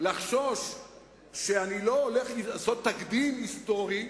לחשוש שאני לא הולך לעשות תקדים היסטורי,